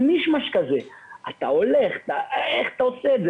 אתה עושה את זה?